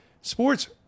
sports